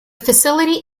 facility